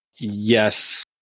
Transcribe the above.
Yes